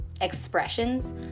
expressions